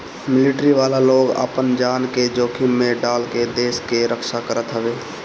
military वाला लोग आपन जान के जोखिम में डाल के देस के रक्षा करत हवे